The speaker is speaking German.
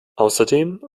außerdem